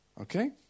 Okay